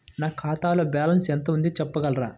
నా ఖాతాలో బ్యాలన్స్ ఎంత ఉంది చెప్పగలరా?